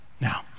Now